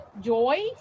joy